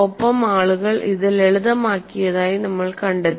ഒപ്പം ആളുകൾ ഇത് ലളിതമാക്കിയതായി നമ്മൾ കണ്ടെത്തി